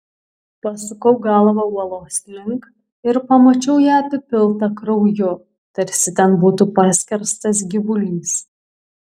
pasukau galvą uolos link ir pamačiau ją apipiltą krauju tarsi ten būtų paskerstas gyvulys